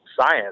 science